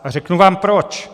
A řeknu vám proč.